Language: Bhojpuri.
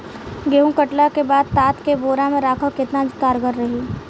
गेंहू कटला के बाद तात के बोरा मे राखल केतना कारगर रही?